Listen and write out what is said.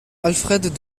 alfred